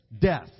death